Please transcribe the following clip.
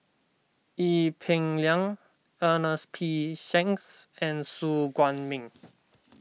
Ee Peng Liang Ernest P Shanks and Su Guaning